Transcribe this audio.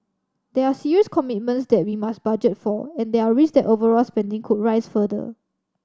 these are serious commitments that we must budget for and there are risk that overall spending could rise further